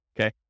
okay